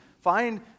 Find